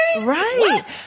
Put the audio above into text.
Right